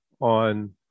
on